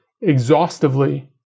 exhaustively